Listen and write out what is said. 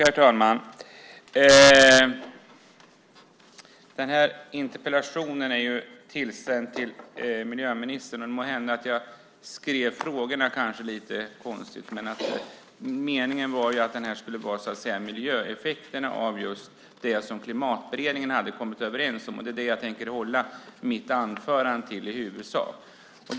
Herr talman! Den här interpellationen är sänd till miljöministern. Måhända skrev jag frågorna lite konstigt, men meningen var att det skulle handla om miljöeffekterna och just det som Klimatberedningen hade kommit överens om. Det är det som jag i huvudsak kommer att hålla mig till i mitt anförande.